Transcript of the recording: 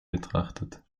betrachtet